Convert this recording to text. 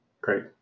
Great